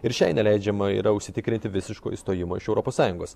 ir šiai neleidžiama yra užsitikrinti visiško išstojimo iš europos sąjungos